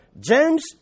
James